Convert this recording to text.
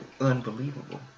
Unbelievable